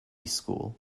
school